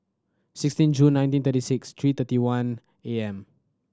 sixteen June nineteen thirty six three thirty one A M